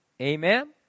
Amen